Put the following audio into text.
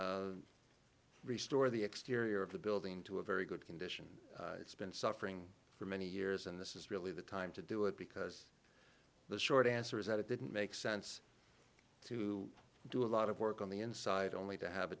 to restore the exterior of the building to a very good condition it's been suffering for many years and this is really the time to do it because the short answer is that it didn't make sense to do a lot of work on the inside only to have a